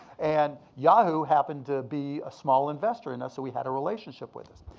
and yahoo! happened to be a small investor in us, so we had a relationship with us.